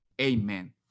amen